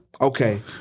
Okay